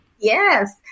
Yes